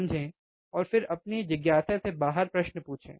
समझें और फिर अपनी जिज्ञासा से बाहर प्रश्न पूछें